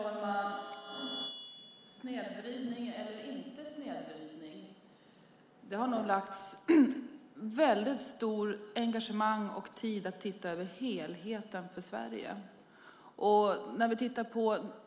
Fru talman! När det gäller snedvridning eller inte snedvridning har det nog lagts ett stort engagemang och mycket tid på att titta på helheten för Sverige.